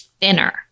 thinner